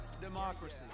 democracy